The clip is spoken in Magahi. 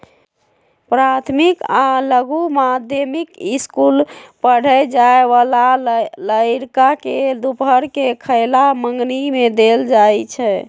प्राथमिक आ लघु माध्यमिक ईसकुल पढ़े जाय बला लइरका के दूपहर के खयला मंग्नी में देल जाइ छै